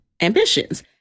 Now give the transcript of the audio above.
ambitions